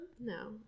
No